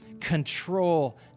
control